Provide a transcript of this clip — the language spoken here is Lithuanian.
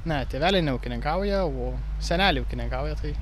ne tėveliai neūkininkauja o seneliai ūkininkauja tai